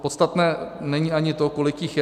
Podstatné není ani to, kolik jich je.